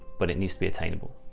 but it needs to be attainable.